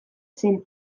zen